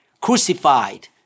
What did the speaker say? crucified